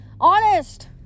Honest